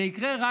זה יקרה רק,